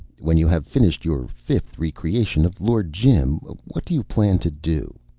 when you have finished your fifth re-creation of lord jim, what do you plan to do?